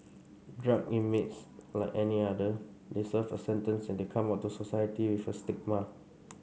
drug inmates like any other they serve a sentence and they come out to society with a stigma